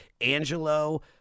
Angelo